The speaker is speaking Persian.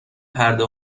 پرده